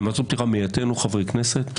הן הצהרות פתיחה מהיותנו חברי כנסת,